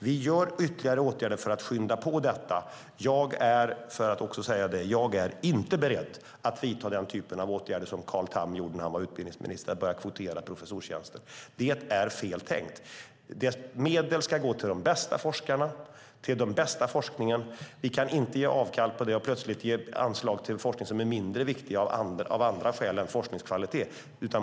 Vi vidtar ytterligare åtgärder för att skynda på detta. Jag är inte beredd att vidta den typen av åtgärder som Carl Tamm gjorde när han var utbildningsminister och börja kvotera professorstjänster. Det är fel tänkt. Medlen ska gå till de bästa forskarna och den bästa forskningen. Vi kan inte ge avkall på det och av andra skäl än forskningskvalitet ge anslag till forskning som är mindre viktig.